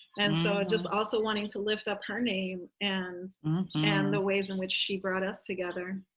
and so, just also wanting to lift up her name, and and the ways in which she brought us together.